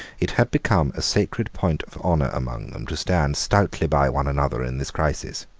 it had become a sacred point of honour among them to stand stoutly by one another in this crisis.